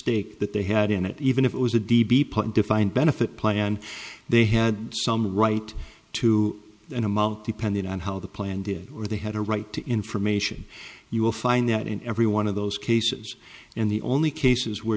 stake that they had in it even if it was a d b put a defined benefit plan they had some right to an amount depending on how the plan did or they had a right to information you will find that in every one of those cases in the only cases where